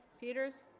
peters